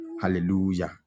hallelujah